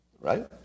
Right